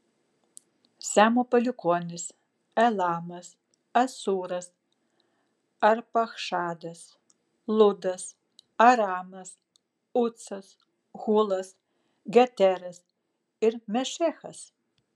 semo palikuonys elamas asūras arpachšadas ludas aramas ucas hulas geteras ir mešechas